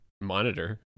monitor